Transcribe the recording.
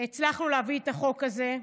הצלחנו להביא את החוק הזה,